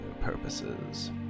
purposes